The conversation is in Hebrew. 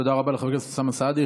תודה רבה לחבר הכנסת אוסאמה סעדי.